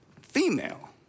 female